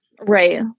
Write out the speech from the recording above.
Right